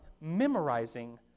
memorizing